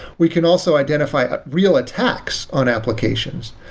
we can also identify real attacks on applications.